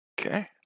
Okay